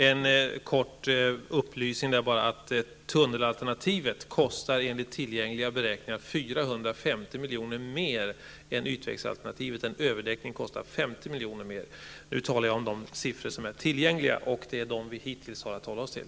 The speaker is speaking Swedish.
Fru talman! Tunnelalternativet kostar enligt tillgängliga beräkningar 450 milj.kr. mer än ytvägsalternativet. En överdäckning kostar 50 milj.kr. mer. Jag talar om de siffror som är tillgängliga. Det är de som vi hittills har haft att hålla oss till.